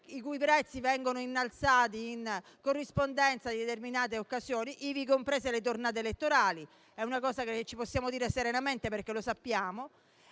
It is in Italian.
i cui prezzi vengono innalzati in corrispondenza di determinate occasioni, ivi comprese le tornate elettorali. È una cosa che ci possiamo dire serenamente, perché lo sappiamo.